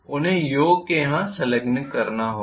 उन्हें योक के यहां संलग्न होना होगा